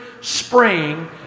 spring